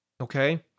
okay